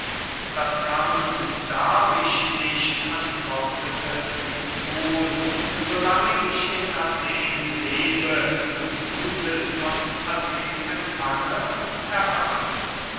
das kann und darf ich nicht antwortete kritobul so lange ich in athen lebe und gutes von athen empfange und erwarte